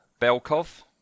Belkov